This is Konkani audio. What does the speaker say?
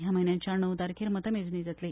ह्या म्हयन्याच्या णव तारखेर मतमेजणी जातली